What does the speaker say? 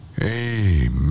Amen